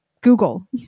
Google